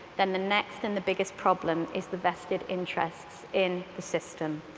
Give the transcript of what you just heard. then the next and the biggest problem is the vested interests in the system.